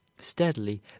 steadily